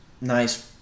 Nice